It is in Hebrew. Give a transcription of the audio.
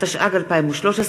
התשע"ג 2013,